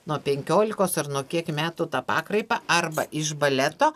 nuo penkiolikos ar nuo kiek metų tą pakraipą arba iš baleto